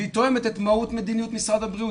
והיא תואמת את מהות מדיניות משרד הבריאות.